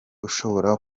ushobora